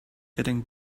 getting